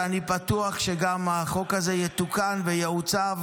ואני בטוח שגם החוק הזה יתוקן ויעוצב